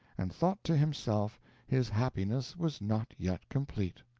and thought to himself his happiness was not yet complete.